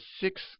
six